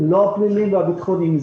לא הפליליים והביטחוניים,